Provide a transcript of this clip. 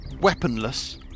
weaponless